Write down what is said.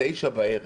שבשעה תשע בערב,